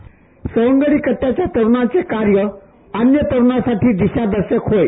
सवंगडी कट्ट्याच्या तरुणांचे कार्य अन्य तरुणांसाठी दिशादर्शक होय